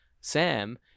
Sam